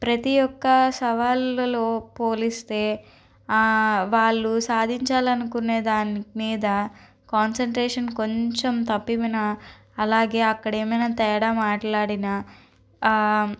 ప్రతీ ఒక్క సవాళ్ళలో పోలిస్తే వాళ్ళు సాధించాలి అనుకునే దాని మీద కాన్సన్ట్రేషన్ కొంచెం తప్పినా అలాగే అక్కడ ఏమైనా తేడా మాట్లాడిన